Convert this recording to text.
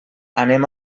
anem